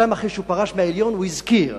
שנתיים אחרי שהוא פרש מהעליון הוא הזכיר